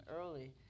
early